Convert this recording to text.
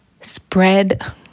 spread